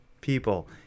people